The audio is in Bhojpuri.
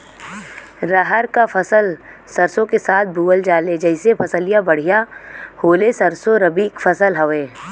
रहर क फसल सरसो के साथे बुवल जाले जैसे फसलिया बढ़िया होले सरसो रबीक फसल हवौ